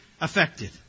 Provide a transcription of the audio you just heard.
affected